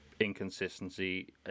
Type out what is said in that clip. Inconsistency